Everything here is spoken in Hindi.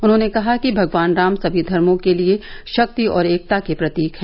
उन्होंने कहा कि भगवान राम सभी धर्मा के लिए शक्ति और एकता के प्रतीक हैं